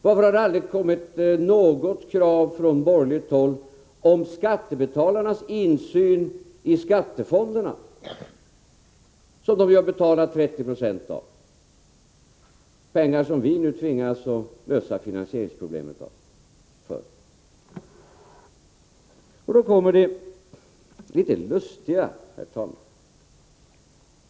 Varför har det aldrig kommit något krav från borgerligt håll om skattebetalarnas insyn i skattefonderna, som de har betalat 30 96 av — pengar som vi nu tvingas lösa finansieringsproblemen för? Herr talman! Här kommer det litet lustiga.